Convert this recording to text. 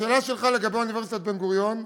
השאלה שלך לגבי אוניברסיטת בן-גוריון,